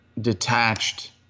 detached